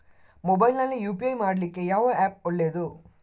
Mobile ನಲ್ಲಿ UPI ಮಾಡ್ಲಿಕ್ಕೆ ಯಾವ ಆ್ಯಪ್ ಒಳ್ಳೇದು?